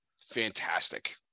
fantastic